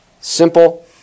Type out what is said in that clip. simple